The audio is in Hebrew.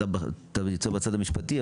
אתה יותר בצד המשפטי,